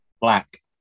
Black